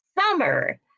summer